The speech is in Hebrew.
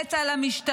להשתלט על המשטרה,